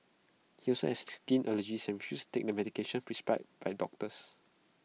he also has skin allergies and refuses to take the medication prescribed by doctors